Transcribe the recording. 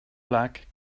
black